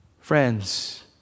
Friends